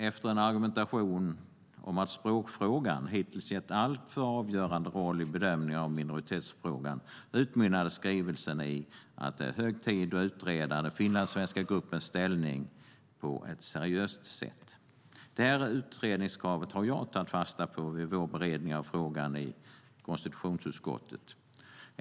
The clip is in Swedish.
Efter en argumentation om att språkfrågan hittills getts en alltför avgörande roll i bedömningen av minoritetsfrågan utmynnade skrivelsen i att det är hög tid att utreda den finlandssvenska gruppens ställning på ett seriöst sätt. Detta utredningskrav har jag tagit fasta på vid vår beredning av frågan i konstitutionsutskottet.